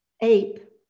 ape